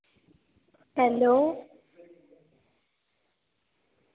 hello